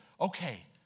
Okay